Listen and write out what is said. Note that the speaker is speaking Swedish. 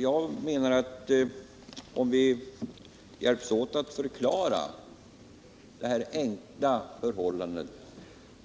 Jag menar att om vi hjälps åt att förklara det enkla förhållandet